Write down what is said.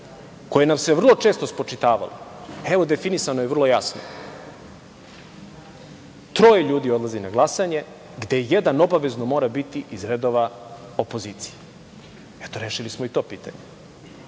koje nam se vrlo često spočitavalo evo definisano je vrlo jasno - troje ljudi odlazi na glasanje, gde jedan obavezno mora biti iz redova opozicije. Eto rešili smo i to pitanje.